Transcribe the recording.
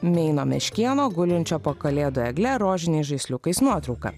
meino meškėno gulinčio po kalėdų egle rožiniai žaisliukais nuotrauką